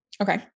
Okay